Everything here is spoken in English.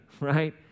right